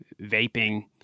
Vaping